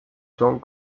son